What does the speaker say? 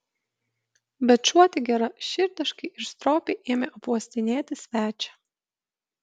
bet šuo tik geraširdiškai ir stropiai ėmė apuostinėti svečią